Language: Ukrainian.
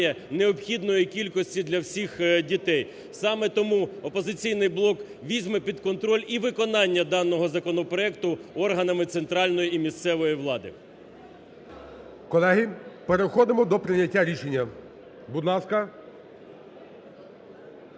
необхідної кількості для всіх дітей. Саме тому "Опозиційний блок" візьме під контроль і виконання даного законопроекту органами центральної і місцевої влади. ГОЛОВУЮЧИЙ. Колеги, переходимо до прийняття рішення. Будь ласка.